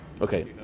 Okay